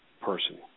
person